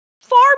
Far